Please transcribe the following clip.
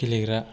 गेलेग्रा